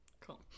Cool